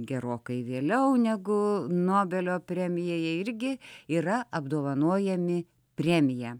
gerokai vėliau negu nobelio premija jie irgi yra apdovanojami premija